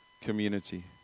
community